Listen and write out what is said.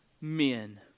men